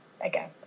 again